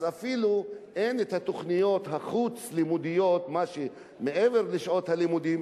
אפילו אין התוכניות החוץ-לימודיות שמעבר לשעות הלימודים,